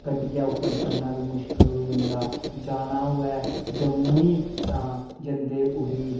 गड्डियै उप्पर चढ़ना बी मुश्कल होई जंदा जाना होऐ जम्मू गी तां जंदे उठी